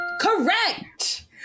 Correct